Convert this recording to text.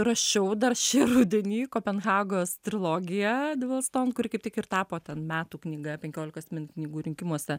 rašiau dar šį rudenį kopenhagos trilogija devil stonkui ir kaip tik ir tapo ten metų knyga penkiolikos mintininkų rinkimuose